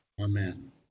Amen